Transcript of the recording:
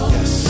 Yes